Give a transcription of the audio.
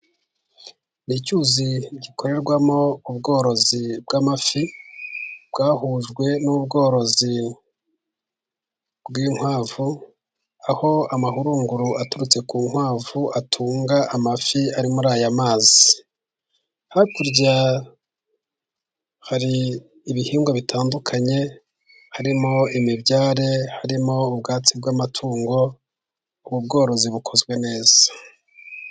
Ni icyuzi gikorerwamo ubworozi bw'amafi bwahujwe n'ubworozi bw'inkwavu, aho amahurunguru aturutse ku nkwavu atunga amafi ari muri aya mazi. Hakurya hari ibihingwa bitandukanye harimo imibyare, harimo ubwatsi bw'amatungo, ubu bworozi bukozwe neza.